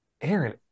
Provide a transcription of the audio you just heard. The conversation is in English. Aaron